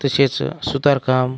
तसेच सुतार काम